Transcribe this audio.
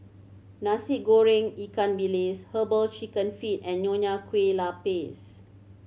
Nasi Goreng ikan bilis Herbal Chicken Feet and Nonya Kueh Lapis